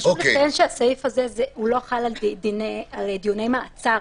חשוב לציין שהסעיף הזה לא חל על פי דיני הרי דיוני מעצר,